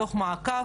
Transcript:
דוח מעקב,